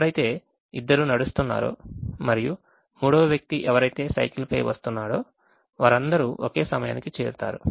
ఎవరైతే ఇద్దరు నడుస్తున్నారో మరియు మూడవ వ్యక్తి ఎవరైతే సైకిల్ పై వస్తున్నారో వారందరూ ఒకే సమయానికి చేరుతారు